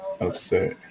upset